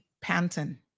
Panton